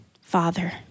Father